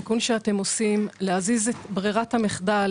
בתיקון שאתם עושים להזיז את ברירת המחדל